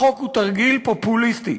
החוק הוא תרגיל פופוליסטי.